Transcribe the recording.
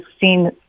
seen